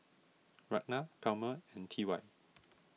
Ragna Palmer and T Y